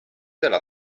della